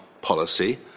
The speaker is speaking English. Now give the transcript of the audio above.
policy